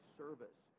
service